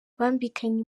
bambikaniye